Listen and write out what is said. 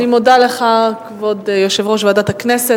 אני מודה לך, כבוד יושב-ראש ועדת הכנסת.